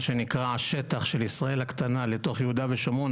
שנקרא שטח של ישראל הקטנה לתוך יהודה ושומרון,